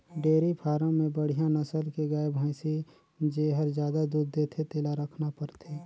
dairy farm में बड़िहा नसल के गाय, भइसी जेहर जादा दूद देथे तेला रखना परथे